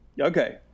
Okay